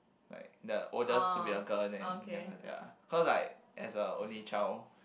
like that or just to be a girl then you know ya how's like has a only child